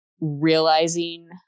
realizing